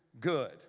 good